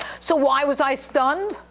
so, why was i stunned?